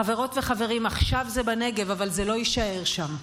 חברות וחברים, עכשיו זה בנגב, אבל זה לא יישאר שם.